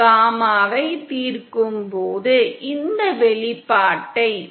gamma inஐ தீர்க்கும்போது இந்த வெளிப்பாட்டை கொடுக்கிறது